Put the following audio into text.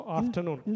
afternoon